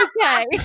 okay